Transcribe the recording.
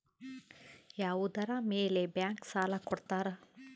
ಯಾವುದರ ಮೇಲೆ ಬ್ಯಾಂಕ್ ಸಾಲ ಕೊಡ್ತಾರ?